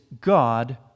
God